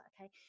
okay